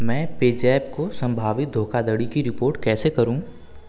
मैं पेज़ैप को संभावित धोखाधड़ी की रिपोर्ट कैसे करूँ